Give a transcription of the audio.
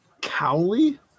Cowley